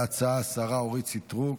תשיב על ההצעה השרה אורית סטרוק,